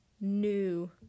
new